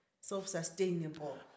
self-sustainable